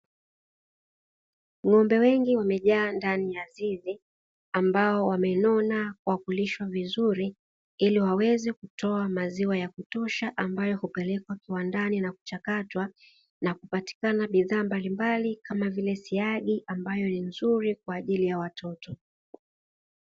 Ng'ombe wengi wamejaa ndani ya zizi ambao wamenona kwa kulishwa vizuri ili waweze kutoa maziwa ya kutosha, ambayo hupelekwa kiwandani na kuchakatwa na kupatikana bidhaa mbalimbali kama vile siagi ambayo ni nzuri kwa ajili ya watoto.